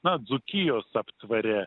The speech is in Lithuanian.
na dzūkijos aptvare